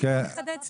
אולי לא חידדתי